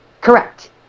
Correct